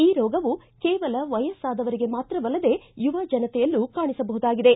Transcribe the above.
ಈ ರೋಗವು ಕೇವಲ ವಯಸ್ತಾದವರಿಗೆ ಮಾತ್ರವಲ್ಲದೇ ಯುವ ಜನತೆಯಲ್ಲಿಯೂ ಕಾಣಿಸಬಹುದಾಗಿದೆ